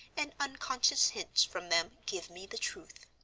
and unconscious hints from them give me the truth.